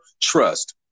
trust